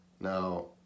Now